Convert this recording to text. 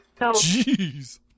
Jeez